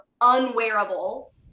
unwearable